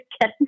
get